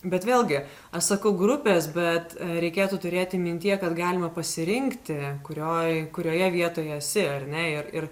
bet vėlgi aš sakau grupės bet reikėtų turėti mintyje kad galima pasirinkti kurioj kurioje vietoje esi ar ne ir ir